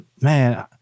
man